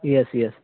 yes yes